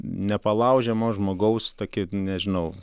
nepalaužiamo žmogaus tokia nežinau